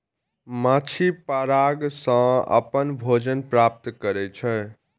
माछी पराग सं अपन भोजन प्राप्त करै छै